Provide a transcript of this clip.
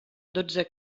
dotze